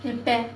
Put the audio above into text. prepare